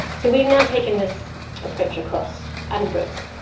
so we've now taken this approach across addenbrookes.